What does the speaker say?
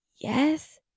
Yes